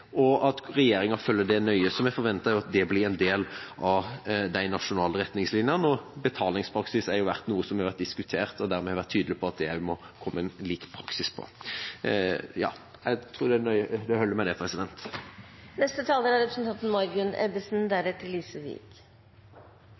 at det er viktig at regjeringen følger det nøye. Vi forventer at det blir en del av de nasjonale retningslinjene. Betalingspraksis har blitt diskutert. Der har vi vært tydelige på at det må komme en lik praksis. Jeg tror det holder med det.